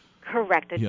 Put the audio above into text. Correct